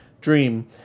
dream